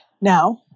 now